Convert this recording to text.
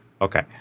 Okay